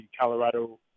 Colorado